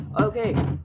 Okay